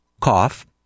cough